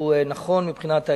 זה נכון מבחינת העניין,